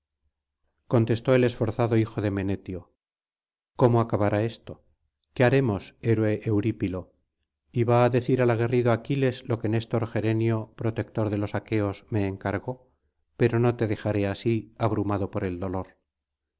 contestó el esforzado hijo de menetio cómo acabará esto qué haremos héroe eurípilo iba á decir al aguerrido aquiles lo que néstor gerenio protector de los aqueos me encargó pero no te dejaré aí abrumado por el dolor